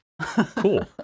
Cool